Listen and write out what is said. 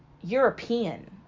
European